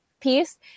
piece